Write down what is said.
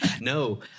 no